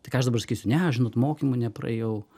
tai ką aš dabar sakysiu ne aš žinot mokymų nepraėjau